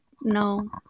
No